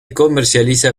comercializa